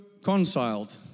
conciled